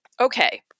okay